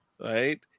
right